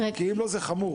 כי אם לא זה חמור.